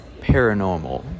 paranormal